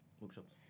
workshops